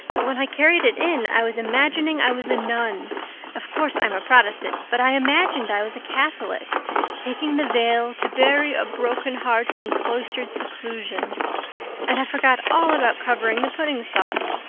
but when i carried it in i was imagining i was a nun of course i'm a protestant but i imagined i was a catholic taking the veil to bury a broken heart in cloistered seclusion and i forgot all about covering the pudding sauce.